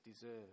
deserve